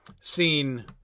seen